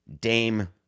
Dame